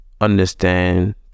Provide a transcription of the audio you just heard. understand